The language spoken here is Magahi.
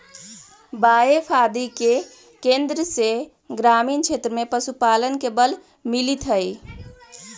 बाएफ आदि के केन्द्र से ग्रामीण क्षेत्र में पशुपालन के बल मिलित हइ